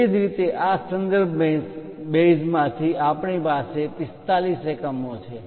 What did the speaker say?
તેવી જ રીતે આ સંદર્ભ બેઝમાંથી આપણી પાસે 45 એકમો છે